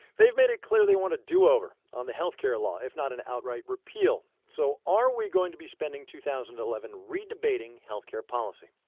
they've made it clear that they want a do-over on the health care law, if not an outright repeal. so are we going to be spending two thousand and eleven re-debating health care policy?